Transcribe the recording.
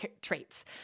traits